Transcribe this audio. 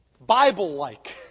Bible-like